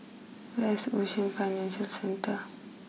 where is Ocean Financial Centre